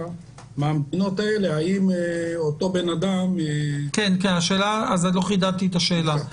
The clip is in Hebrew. מהמדינות האלה האם אותו בן אדם --- אז לא חידדתי את השאלה,